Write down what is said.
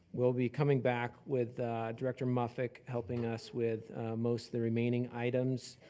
we'll be coming back with director muffick helping us with most of the remaining items.